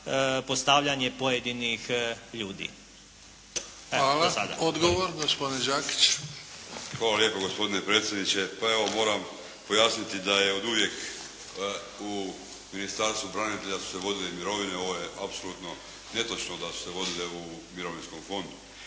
gospodin Đakić. **Đakić, Josip (HDZ)** Hvala lijepo gospodine predsjedniče. Pa evo, moram pojasniti da je oduvijek u Ministarstvu branitelja su se vodile mirovine, ovo je apsolutno netočno da su se vodile u mirovinskom fondu.